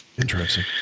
Interesting